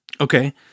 okay